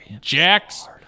Jax